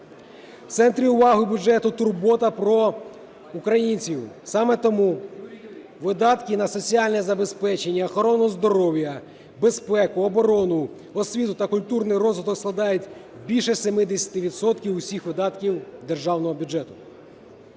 У центрі уваги бюджету – турбота про українців. Саме тому видатки на соціальне забезпечення, охорону здоров'я, безпеку, оборону, освіту та культурний розвиток складають більше 70 відсотків усіх видатків державного бюджету.